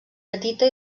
petita